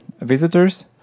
visitors